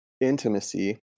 intimacy